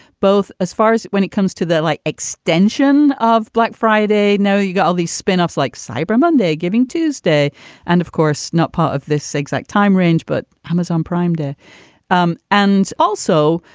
both as far as when it comes to the like extension of black friday. now, you got all these spin offs like cyber monday, giving tuesday and of course, not part of this exact time range, but amazon prime day um and also,